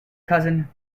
cousin